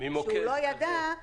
שהוא לא ידע,